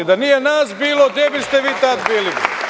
Da nije nas bilo, gde biste vi tad bili?